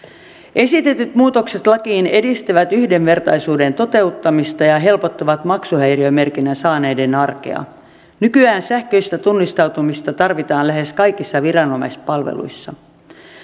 esitetyt muutokset lakiin edistävät yhdenvertaisuuden toteuttamista ja ja helpottavat maksuhäiriömerkinnän saaneiden arkea nykyään sähköistä tunnistautumista tarvitaan lähes kaikissa viranomaispalveluissa